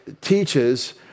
teaches